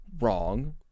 wrong